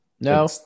No